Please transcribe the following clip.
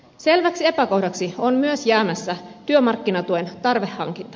selväksi epäkohdaksi on myös jäämässä työmarkkinatuen tarveharkinta